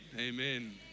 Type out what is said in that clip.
amen